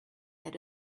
had